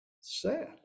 Sad